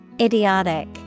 Idiotic